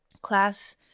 class